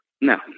No